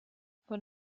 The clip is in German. von